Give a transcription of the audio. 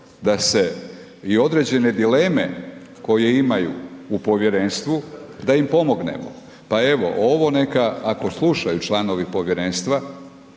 da se i određene dileme koje imaju u povjerenstvu, da im pomognemo. Pa evo, ovo neka ako slušaju članovi povjerenstva,